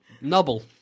Noble